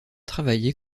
travaillé